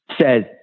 says